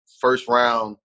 first-round